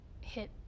hit